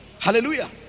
Hallelujah